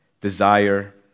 desire